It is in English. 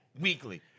weekly